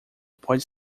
pode